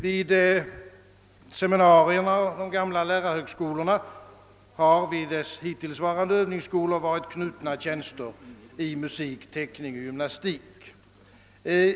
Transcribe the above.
Vid de hittillsvarande övningsskolorna vid seminarierna och de gamla lärarhögskolorna har funnits tjänster i musik, teckning och gymnastik.